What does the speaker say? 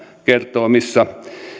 kertoo missä